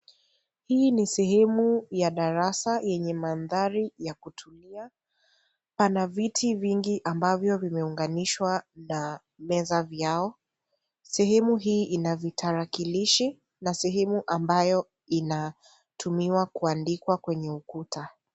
Hii ni sehemu ya darasa yenye mandhari ya kutumia. Pana viti vingi ambavyo vimeuganishawa na meza vyao. Sehemu ina vitarakilishi na sehemu ambayo inatumiwa kuandikwa kwenye ukuta.